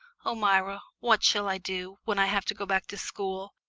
oh, myra, what shall i do when i have to go back to school?